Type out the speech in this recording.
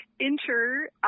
enter